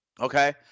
Okay